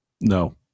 No